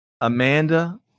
Amanda